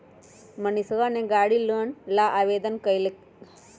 मनीषवा ने गाड़ी लोन ला आवेदन कई लय है